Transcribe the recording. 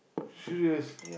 serious